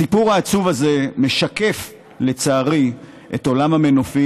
הסיפור העצוב הזה משקף לצערי את עולם המנופים,